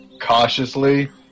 cautiously